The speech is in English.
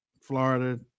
Florida